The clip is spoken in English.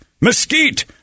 Mesquite